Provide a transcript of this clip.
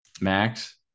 Max